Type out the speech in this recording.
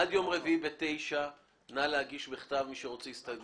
עד יום רביעי ב-9 בבוקר אנא להגיש בכתב הסתייגויות.